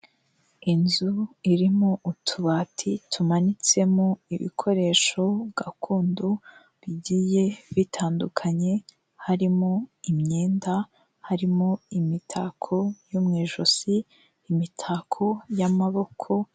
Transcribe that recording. Inzu irimo utubati tumanitsemo ibikoresho gakondo bigiye bitandukanye harimo: imyenda, harimo imitako yo mu ijosi, imitako y'amaboko.